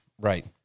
Right